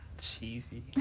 Cheesy